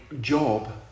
job